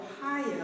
Ohio